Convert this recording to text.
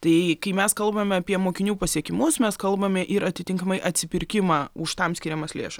tai kai mes kalbame apie mokinių pasiekimus mes kalbame ir atitinkamai atsipirkimą už tam skiriamas lėšas